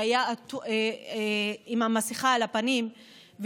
שהיה עם המסכה על הפנים,